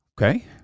Okay